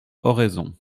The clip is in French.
oraison